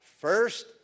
First